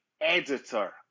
editor